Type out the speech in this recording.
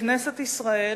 בכנסת ישראל,